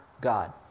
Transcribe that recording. God